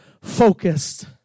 focused